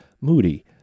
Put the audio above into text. moody